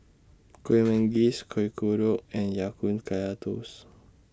Kueh Manggis Kuih Kodok and Ya Kun Kaya Toast